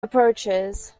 approaches